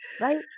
right